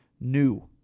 new